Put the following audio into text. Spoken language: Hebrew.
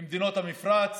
למדינות המפרץ.